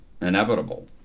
inevitable